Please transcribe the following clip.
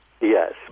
yes